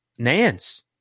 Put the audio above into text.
Nance